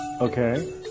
Okay